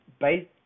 based